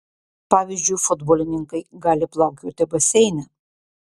pavyzdžiui futbolininkai gali plaukioti baseine